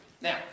Now